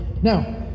Now